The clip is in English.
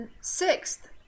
sixth